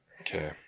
Okay